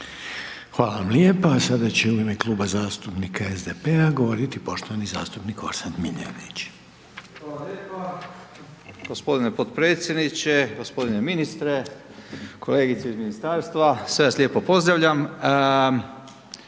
Hvala vam lijepo. Sada će u ime Kluba zastupnika SDP-a govoriti poštovani zastupnik Orsat Miljenić. **Miljenić, Orsat (SDP)** Hvala lijepo g. potpredsjedniče, g. ministre, kolegice iz ministarstva, sve vas lijepo pozdravljam.